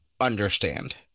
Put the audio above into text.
understand